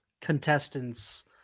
contestants